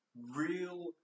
real